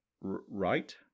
Right